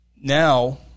now